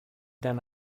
than